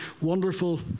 Wonderful